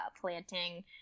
planting